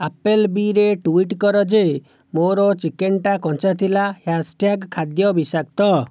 ଆପଲ୍ବିରେ tweet କର ଯେ ମୋର ଚିକେନ୍ଟା କଞ୍ଚା ଥିଲା ହ୍ୟାସଟ୍ୟାଗ୍ ଖାଦ୍ୟ ବିଷାକ୍ତ